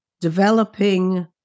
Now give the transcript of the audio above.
developing